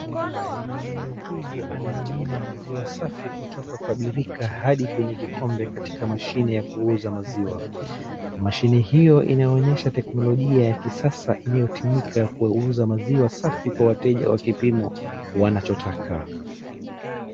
Mwanamme huyu anamimmina maziwa safi kutoka kwa birika hadi kwenye kikombe kattika mashine ya kuuza maziwa. Mashine hiyo inaonyesha teknolojia ya kisasa inayotumika kuuza maziwa safi kwa wateja kwa kipimo wanachotaka.